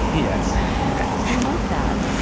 yes. i love that.